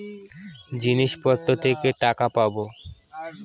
জিনিসপত্র থেকে টাকা পাবো